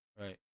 right